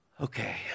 Okay